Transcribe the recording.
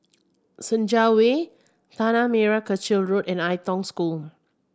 Senja Way Tanah Merah Kechil Road and Ai Tong School